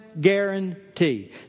guarantee